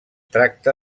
tracta